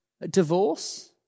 Divorce